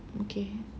okay